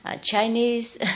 Chinese